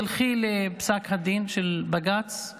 תלכי לפסק הדין האחרון של בג"ץ.